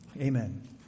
Amen